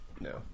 No